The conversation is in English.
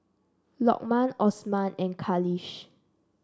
Lokman Osman and Khalish